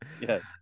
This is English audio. yes